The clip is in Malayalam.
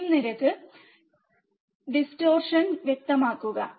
സ്ലീവ് നിരക്ക് ഡിസ്ഡോർസെൻ വ്യക്തമാകും